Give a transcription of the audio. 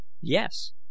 yes